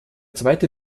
zweite